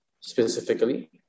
specifically